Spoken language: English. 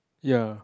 ya